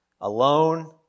alone